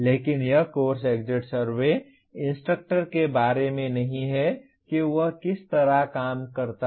लेकिन यह course exit survey instructor के बारे में नहीं है कि वह किस तरह का काम करता है